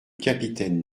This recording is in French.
capitaine